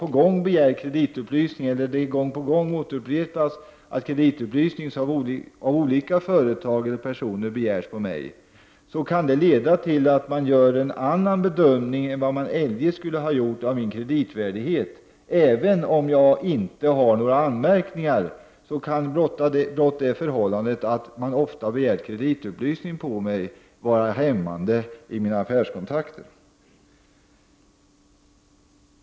Om någon, olika företag eller personer, begär kreditupplysning om mig gång på gång, kan det leda till att man gör en annan bedömning än man eljest skulle ha gjort vid bedömning av min kreditvärdighet. Även om jag inte har några anmärkningar, kan blott det förhållandet att man ofta begärt kreditupplysning på mig vara hämmande i mina affärskontakter.